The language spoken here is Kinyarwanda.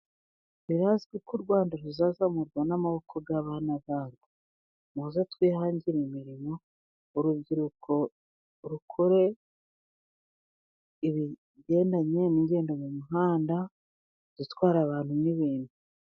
Birazwi ko u Rwanda ruzazamurwa n'amaboko y'abana barwo. Muze twihangire imirimo urubyiruko rukore ibigendanye n'ingendo mu muhanda dutwara abantu n'ibintu.